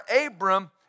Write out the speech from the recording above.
Abram